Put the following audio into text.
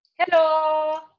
Hello